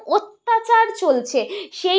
অত্যাচার চলছে সেই